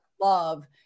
love